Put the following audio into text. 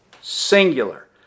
Singular